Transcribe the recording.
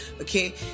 okay